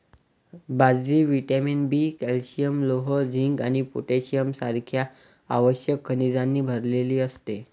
बाजरी vitamin B, calcium, लोह, zinc आणि पोटॅशियम सारख्या आवश्यक खनिजांनी भरलेली असते